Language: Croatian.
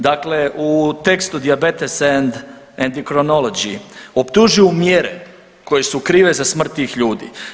Dakle, u tekstu Diabetes and endocrinology optužuju mjere koje su krive za smrt tih ljudi.